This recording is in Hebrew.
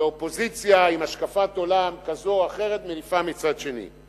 ואופוזיציה עם השקפת עולם כזו או אחרת מניפה מצד שני.